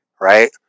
Right